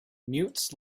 mutes